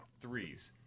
threes